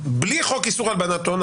בלי חוק איסור הלבנת הון,